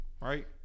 Right